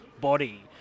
body